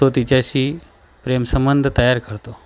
तो तिच्याशी प्रेमसंबंध तयार करतो